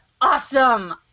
awesome